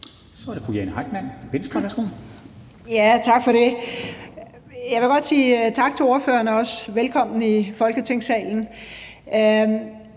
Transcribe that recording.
Kl. 11:48 Jane Heitmann (V): Tak for det. Jeg vil godt sige tak til ordførerne og også velkommen i Folketingssalen.